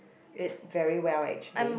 it very well actually